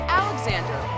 alexander